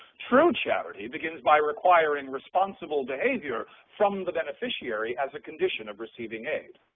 true charity begins by requiring responsible behavior from the beneficiary as a condition of receiving aid.